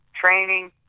training